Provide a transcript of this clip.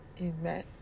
Amen